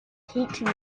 teaching